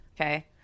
okay